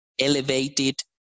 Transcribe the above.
elevated